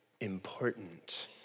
important